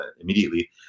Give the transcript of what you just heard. immediately